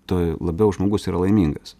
tuo labiau žmogus yra laimingas